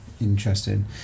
interesting